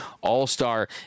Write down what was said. all-star